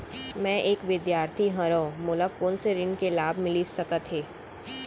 मैं एक विद्यार्थी हरव, मोला कोन से ऋण के लाभ मिलिस सकत हे?